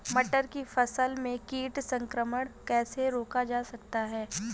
मटर की फसल में कीट संक्रमण कैसे रोका जा सकता है?